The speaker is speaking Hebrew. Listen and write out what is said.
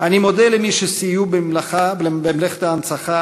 אני מודה למי שסייעו במלאכת ההנצחה,